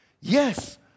Yes